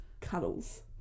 cuddles